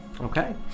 Okay